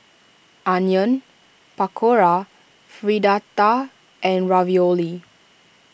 Onion Pakora Fritada and Ravioli